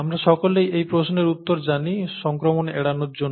আমরা সকলেই এই প্রশ্নের উত্তর জানি সংক্রমণ এড়ানোর জন্য